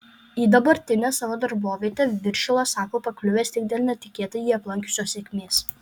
į dabartinę savo darbovietę viršilas sako pakliuvęs tik dėl netikėtai jį aplankiusios sėkmės